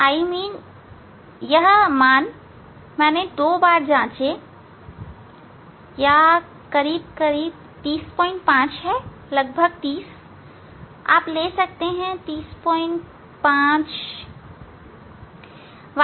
मेरा मतलब यह मान मैंने दो बार जाचे या करीब करीब 305 है लगभग 30 आप ले सकते हैं 305 लगभग 30